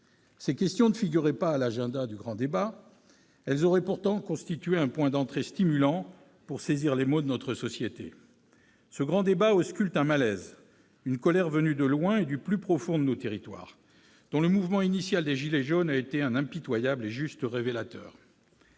Ces questions ne figuraient pas à l'agenda du grand débat. Elles auraient pourtant constitué un point d'entrée stimulant pour saisir les maux de notre société. Ce grand débat ausculte un malaise, une colère venus de loin et du plus profond de nos territoires, dont le mouvement initial des « gilets jaunes » a été un impitoyable et juste révélateur.